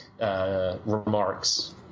remarks